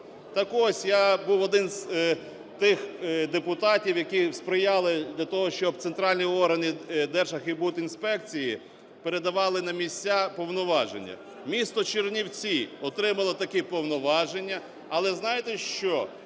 Так ось, я був один з тих депутатів, які сприяла для того, щоб центральні органи Держархбудінспекції передавали на місця повноваження. Місто Чернівці отримало такі повноваження. Але знаєте що?